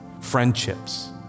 friendships